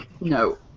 No